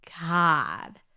god